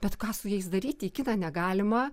bet ką su jais daryti į kiną negalima